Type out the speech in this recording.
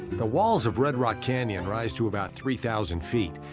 the walls of red rock canyon rise to about three thousand feet.